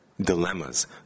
dilemmas